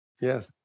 Yes